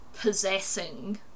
possessing